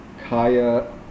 kaya